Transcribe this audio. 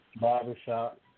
barbershop